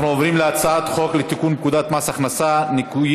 אנחנו עוברים להצעת חוק לתיקון פקודת מס הכנסה (ניכוי